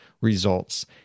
results